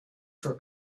for